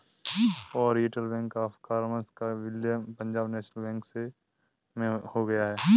Oriental Bank of Commerce का विलय Punjab National Bank में हो गया है